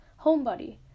Homebody